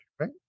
right